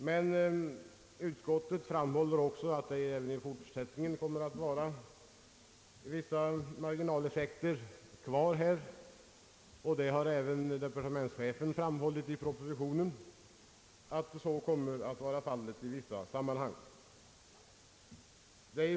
Men utskottet framhåller också att det även i fortsättningen kan förekomma höga marginaleffekter, och även departementschefen har i propositionen framhållit att så kommer att vara fallet i vissa sammanhang.